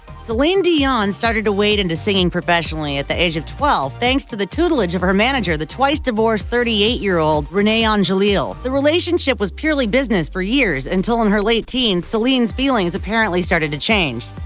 celine dion started to wade into singing professionally at the age of twelve, thanks to the tutelage of her manager, the twice-divorced, thirty eight year old rene angelil. the relationship was purely business for years until, in her late teens, celine's feelings apparently started to change.